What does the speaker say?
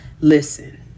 listen